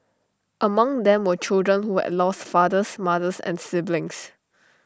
among them were children who had lost fathers mothers and siblings